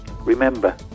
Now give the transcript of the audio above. Remember